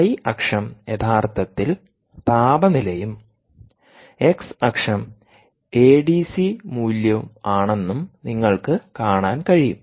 Y അക്ഷം യഥാർത്ഥത്തിൽ താപനിലയും എക്സ്അക്ഷം എ ഡി സി മൂല്യം ആണെന്നും നിങ്ങൾക്ക് കാണാൻ കഴിയും